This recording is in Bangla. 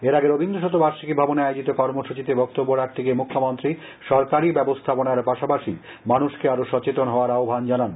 এর আগে রবীন্দ্র শতবার্ষিকী ভবনে আয়োজিত কর্মসূচিতে বক্তব্য রাখতে গিয়ে মুখ্যমন্ত্রী সরকারি ব্যবস্থাপনার পাশাপাশি মানুষকে আরো সচেতন হওয়ার আহ্বান জানান